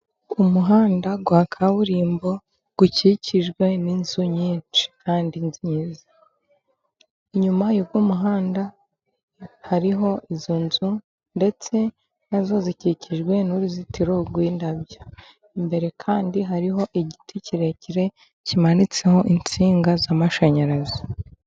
Umuhanda wa kaburimbo ukikijwe n'inzu nyinshi kandi nziza , inyuma y'uwo muhanda hariho izo nzu ndetse na zo zikikijwe n'uruzitiro rw'indabyo imbere , kandi hariho igiti kirekire kimanitseho insinga z'amashanyarazi.